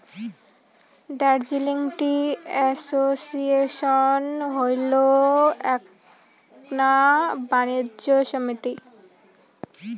Darjeeling tea association হইল এ্যাকনা বাণিজ্য সমিতি